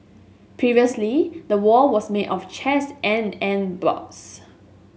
previously the wall was made of chairs and and boards